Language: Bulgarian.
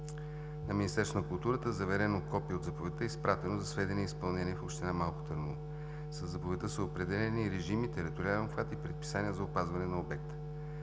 културата заверено копие от заповедта е изпратено за сведение и изпълнение в община Малко Търново. Със заповедта са определени режими, териториални обхвати и предписания за опазване на обекта.